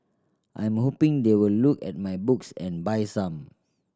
I'm hoping they will look at my books and buy some